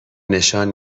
نشان